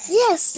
yes